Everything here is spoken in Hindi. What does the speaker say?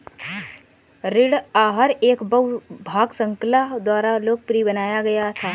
ऋण आहार एक बहु भाग श्रृंखला द्वारा लोकप्रिय बनाया गया था